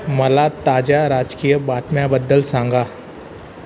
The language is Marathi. मला ताज्या राजकीय बातम्याबद्दल सांगा